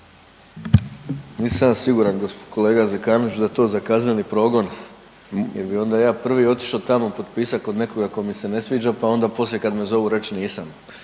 Nisam ja siguran, kolega Zekanoviću, da je to za kazneni progon jer bi onda ja prvi otišao tamo potpisat kod nekoga tko mi se ne sviđa pa onda poslije kad me zovu reći nisam.